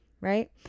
Right